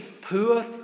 poor